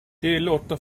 låter